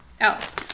Alex